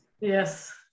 Yes